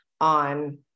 on